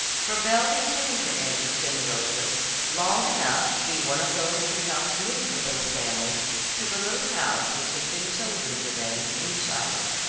for belle retained her interest in the rosas long enough to be one of those who helped move the little family to the little house which had been chosen for them in shiloh.